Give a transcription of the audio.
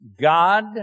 God